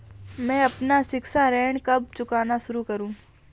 मैं अपना शिक्षा ऋण कब चुकाना शुरू करूँ?